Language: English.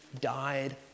died